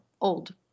old